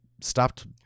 stopped